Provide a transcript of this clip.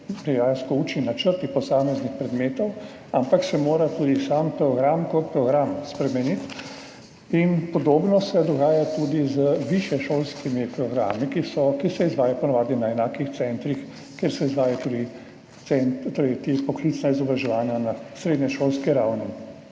dejansko učni načrti posameznih predmetov, ampak se mora tudi sam program kot program spremeniti. Podobno se dogaja tudi z višješolskimi programi, ki so, ki se izvajajo po navadi na enakih centrih, kot se izvajajo tudi poklicna izobraževanja na srednješolski ravni.